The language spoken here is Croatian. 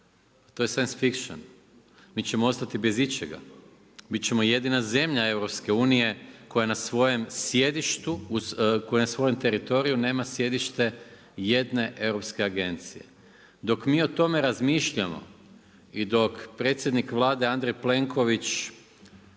To je science fiction, mi ćemo ostati bez ičega, biti ćemo jedina zemlja EU koja na svojem sjedištu, koja na svojem teritoriju nema sjedište jedne europske agencije. Dok mi o tome razmišljamo i dok predsjednik Vlade Andrej Plenković